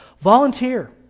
Volunteer